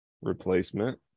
replacement